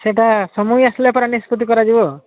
ସେଇଟା ସମୟ ଆସିଲା ପରେ ନିଷ୍ପତ୍ତି କରାଯିବ